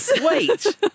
Wait